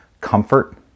comfort